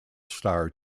star